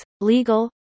legal